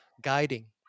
guiding